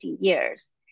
years